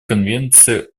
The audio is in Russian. конвенции